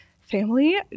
family